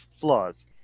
flaws